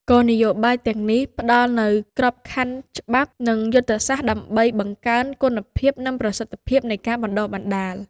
គោលនយោបាយទាំងនេះផ្តល់នូវក្របខណ្ឌច្បាប់ និងយុទ្ធសាស្ត្រដើម្បីបង្កើនគុណភាព និងប្រសិទ្ធភាពនៃការបណ្តុះបណ្តាល។